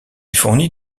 fournit